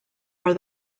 are